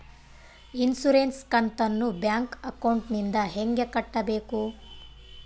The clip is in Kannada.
ಇನ್ಸುರೆನ್ಸ್ ಕಂತನ್ನ ಬ್ಯಾಂಕ್ ಅಕೌಂಟಿಂದ ಹೆಂಗ ಕಟ್ಟಬೇಕು?